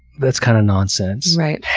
that's kind of nonsense. right.